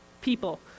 people